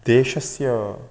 देशस्य